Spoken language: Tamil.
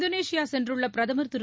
இந்தோனேஷியா சென்றுள்ள பிரதமர் திரு